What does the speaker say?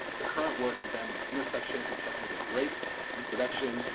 her current work examines the intersection and constructions of race, reproduction,